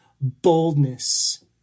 boldness